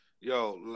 Yo